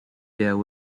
bill